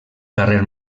carrer